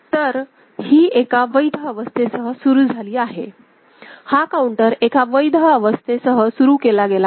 तर ही एका वैध अवस्थेसह सुरु झाली आहे हा काउंटर एका वैध अवस्थेसह सुरु केला गेला आहे